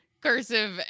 cursive